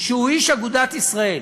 שהוא איש אגודת ישראל